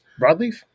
Broadleaf